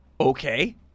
Okay